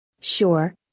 Sure